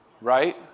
right